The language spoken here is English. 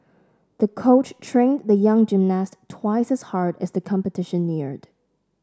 the coach trained the young gymnast twice as hard as the competition neared